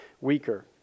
weaker